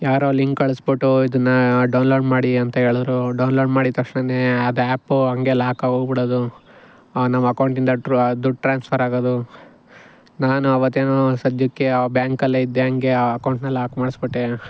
ಯಾರೋ ಲಿಂಕ್ ಕಳಿಸ್ಬಿಟ್ಟು ಇದನ್ನು ಡೌನ್ಲೋಡ್ ಮಾಡಿ ಅಂತ ಹೇಳಿದ್ರು ಡೌನ್ಲೋಡ್ ಮಾಡಿದ ತಕ್ಷಣ ಅದು ಆ್ಯಪು ಹಂಗೆ ಲಾಕಾಗಿ ಹೋಗ್ಬಿಡೊದು ನಮ್ಮ ಅಕೌಂಟಿಂದ ಡ್ರು ದುಡ್ಡು ಟ್ರಾನ್ಸ್ಫರ್ ಆಗೋದು ನಾನು ಅವತ್ತೇನೋ ಸಧ್ಯಕ್ಕೆ ಆ ಬ್ಯಾಂಕಲ್ಲೆ ಇದ್ದೆ ಹಂಗೆ ಅಕೌಂಟ್ನ ಲಾಕ್ ಮಾಡಿಸ್ಬಿಟ್ಟೆ